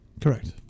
Correct